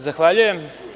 Zahvaljujem.